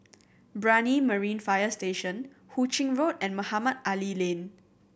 Brani Marine Fire Station Hu Ching Road and Mohamed Ali Lane